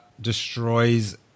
destroys